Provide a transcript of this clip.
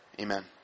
Amen